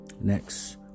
Next